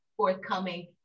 forthcoming